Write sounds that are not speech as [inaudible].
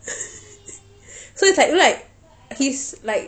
[noise] so it's like you know like he's like